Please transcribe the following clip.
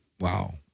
Wow